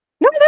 no